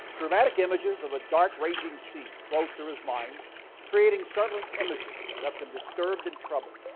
dramatic images of a dark raging sea flowed through his mind creating startling images that left him disturbed and troubled.